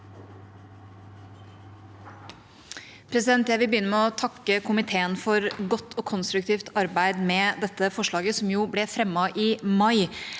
med å takke komiteen for godt og konstruktivt arbeid med dette forslaget, som jo ble fremmet i mai,